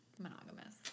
monogamous